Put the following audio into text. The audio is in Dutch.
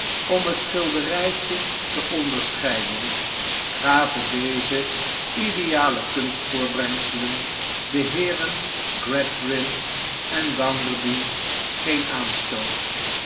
om het schilderijtje te onderscheiden gaven deze ideale kunstvoortbrengselen de heeren gradgrind en bounderby geen aanstoot